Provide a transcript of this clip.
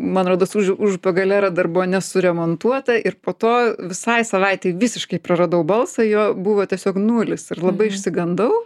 man rodos užupio galera dar buvo nesuremontuota ir po to visai savaitei visiškai praradau balsą jo buvo tiesiog nulis ir labai išsigandau